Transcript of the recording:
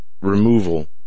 removal